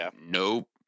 nope